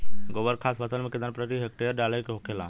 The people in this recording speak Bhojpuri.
गोबर खाद फसल में कितना प्रति हेक्टेयर डाले के होखेला?